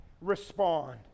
respond